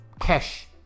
cash